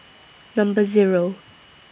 Number Zero